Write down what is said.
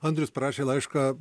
andrius parašė laišką